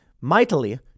mightily